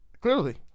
clearly